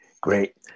Great